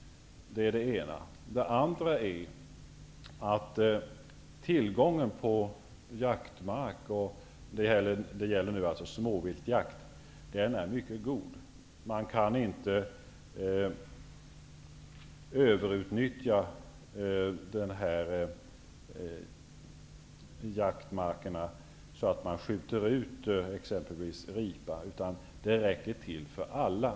Det är det ena. Det andra är att tillgången på jaktmark när det gäller småvilt är mycket god. Man kan inte överutnyttja de här jaktmarkerna, så att exempelvis ripstammen skjuts ut. Jakten räcker till för alla.